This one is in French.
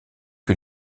que